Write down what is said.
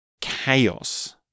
chaos